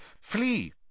Flee